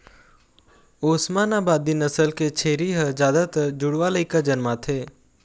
ओस्मानाबादी नसल के छेरी ह जादातर जुड़वा लइका जनमाथे